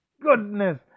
Goodness